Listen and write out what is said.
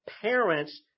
parents